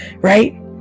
right